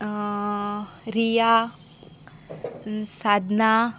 Riya Sadhana